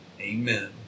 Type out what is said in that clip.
amen